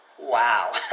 Wow